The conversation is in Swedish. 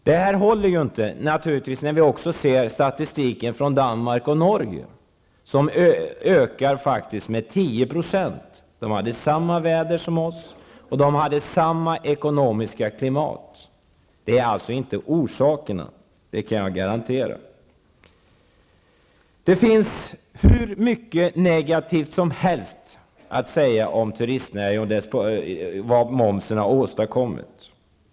Det här håller naturligtvis inte när vi ser statistiken från Danmark och Norge, där turismen har ökat med 10 %. De hade samma väder och samma ekonomiska klimat som vi. Det är alltså inte orsaken, det kan jag garantera. Det finns hur mycket negativt som helst att säga om vad momsen har åstadkommit för turistnäringen.